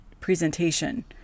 presentation